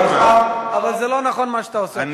במדיניות הזאת,